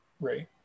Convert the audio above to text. Right